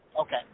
Okay